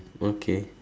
okay